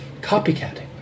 Copycatting